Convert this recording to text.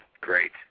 great